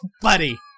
Buddy